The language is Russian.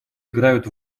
играют